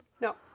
No